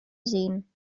seen